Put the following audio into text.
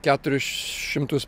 keturis šimtus